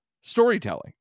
storytelling